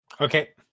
Okay